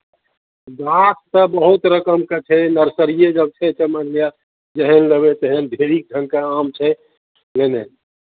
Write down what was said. गाछ तऽ बहुत रकमके छै नर्सरिए जब छै तऽ मानि लिअ जेहन लेबै तेहन ढेरी ढङ्गके आम छै बुझलियै ने